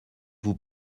vous